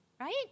right